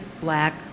black